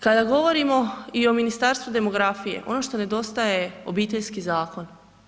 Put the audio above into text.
Kada govorimo i o Ministarstvu demografije, ono što nedostaje Obiteljski zakon.